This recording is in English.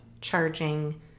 charging